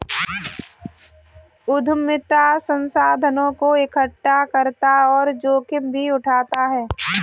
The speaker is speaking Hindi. उद्यमिता संसाधनों को एकठ्ठा करता और जोखिम भी उठाता है